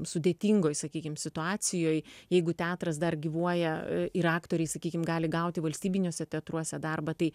sudėtingoj sakykim situacijoj jeigu teatras dar gyvuoja ir aktoriai sakykim gali gauti valstybiniuose teatruose darbą tai